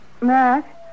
Matt